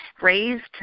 raised